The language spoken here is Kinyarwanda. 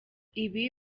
ibi